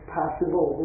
possible